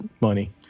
Money